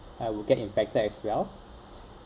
I will get infected as well